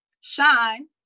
Shine